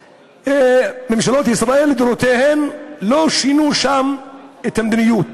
ממשלות ישראל לדורותיהן לא שינו שם את המדיניות.